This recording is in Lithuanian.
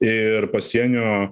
ir pasienio